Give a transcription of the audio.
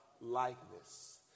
likeness